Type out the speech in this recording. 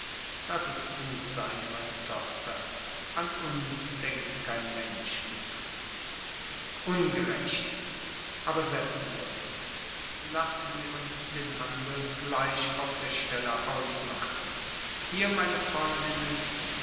laß es gut sein meine tochter an uns denkt kein mensch mehr wie ungerecht aber setzen wir uns lassen sie uns den handel gleich auf der stelle ausmachen hier meine freundinnen